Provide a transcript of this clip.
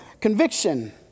conviction